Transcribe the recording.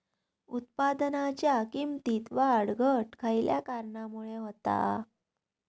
उत्पादनाच्या किमतीत वाढ घट खयल्या कारणामुळे होता?